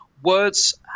Words